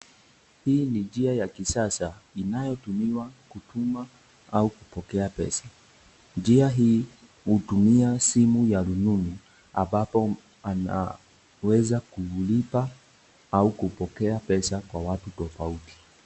Hii ni njia ya kisasa, inayo tumiwa kutuma au kupokea pesa, njia hii hutumia simu ya rununu ambapo anaweza kumlipa au kupokea kwa watu tofauti.